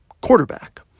quarterback